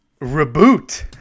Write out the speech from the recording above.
reboot